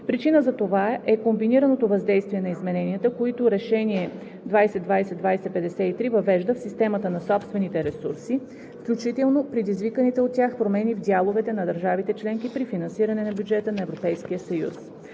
Причина за това е комбинираното въздействие на измененията, които Решение 2020/2053 въвежда в системата на собствените ресурси, включително предизвиканите от тях промени в дяловете на държавите членки при финансиране на бюджета на